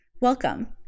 Welcome